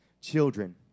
children